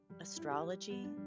astrology